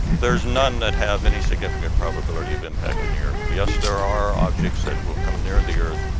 there's none that have any significant probability of impacting the earth. yes, there are objects that will come near the earth,